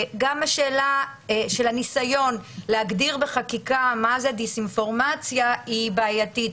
גם השאלה של הניסיון להגדיר בחקיקה מה זה דיס-אינפורמציה הוא בעייתי.